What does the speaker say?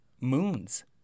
moons